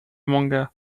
manga